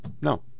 no